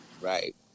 Right